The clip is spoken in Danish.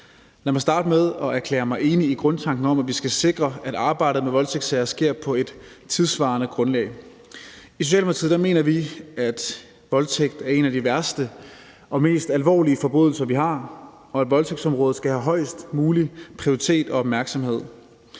Lad mig starte med at erklære mig enig i grundtanken om, at vi skal sikre, at arbejdet med voldtægtssager sker på et tidssvarende grundlag. I Socialdemokratiet mener vi, at voldtægt er en af de værste og mest alvorlige forbrydelser, vi har, og at voldtægtsområdet skal have højest mulig prioritet og opmærksomhed.